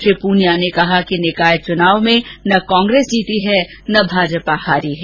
श्री पूनिया ने कहा कि निकाय चुनाव में न कांग्रेस जीती है न भाजपा हारी है